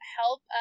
help